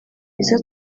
izo